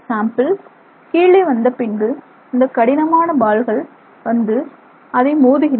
sample கீழே வந்த பின்பு இந்த கடினமான பால்கள் வந்து அதை மோதுகின்றன